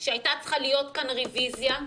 שהייתה צריכה להיות כאן רביזיה,